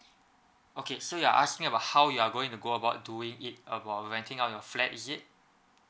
okay so you're asking about how you are going to go about doing it about renting out your flat is it